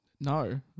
no